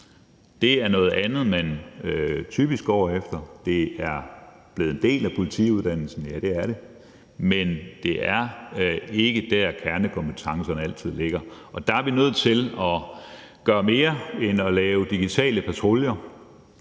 Det er noget andet, man typisk går efter. Det er blevet en del af politiuddannelsen, ja, det er det, men det er ikke der, kernekompetencerne altid ligger. Og der er vi nødt til at gøre mere end at lave digitale patruljer